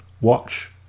watch